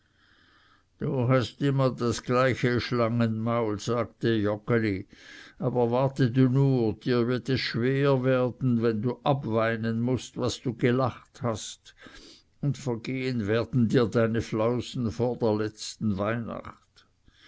du hast immer das gleiche schlangenmaul sagte joggeli aber warte du nur dir wird es schwer werden wenn du abweinen mußt was du gelacht hast und vergehen werden dir deine flausen vor der letzten weihnacht